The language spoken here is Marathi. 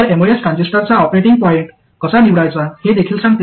तर एमओएस ट्रान्झिस्टरचा ऑपरेटिंग पॉईंट कसा निवडायचा हे देखील सांगते